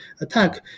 attack